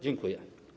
Dziękuję.